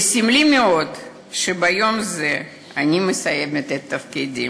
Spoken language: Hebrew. וסמלי מאוד שביום זה אני מסיימת את תפקידי.